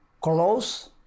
close